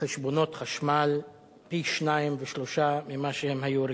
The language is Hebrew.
חשבונות חשמל פי שניים ושלושה ממה שהם היו רגילים.